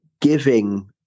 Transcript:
giving